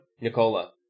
Nicola